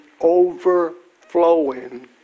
overflowing